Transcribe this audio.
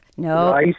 No